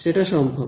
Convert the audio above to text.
সেটা সম্ভব